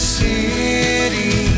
city